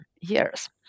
years